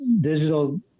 Digital